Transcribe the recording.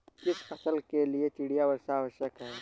किस फसल के लिए चिड़िया वर्षा आवश्यक है?